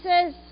says